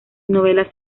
novelas